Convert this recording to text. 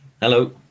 Hello